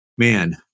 Man